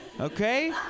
okay